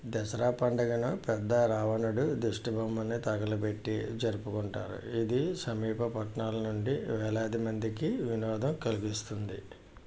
దసరా పండగను పెద్ద రావణడు దిష్టిబొమ్మని తగలబెట్టి జరుపుకుంటారు ఇది సమీప పట్నాల నుండి వేలాది మందికి వినోదం కలిగిస్తుంది